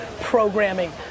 programming